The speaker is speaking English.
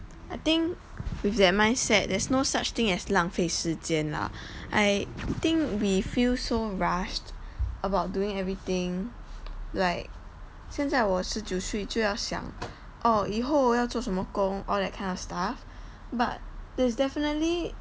I think with that mindset there's no such thing as 浪费时间 lah I think we feel so rushed about doing everything like 现在我十九岁就要想 orh 以后我要做什么工 all that kind of stuff but there's definitely